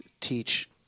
teach